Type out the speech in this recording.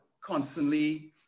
constantly